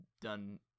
done